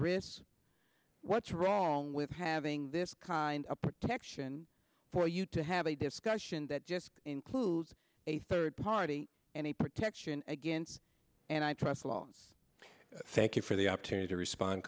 got risks what's wrong with having this kind of protection for you to have a discussion that just include a third party any protection against and i trust long thank you for the opportunity to respond